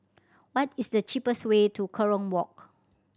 what is the cheapest way to Kerong Walk